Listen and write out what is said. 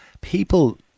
people